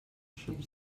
ship